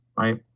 right